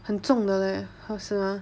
很重的 leh [ho] 是吗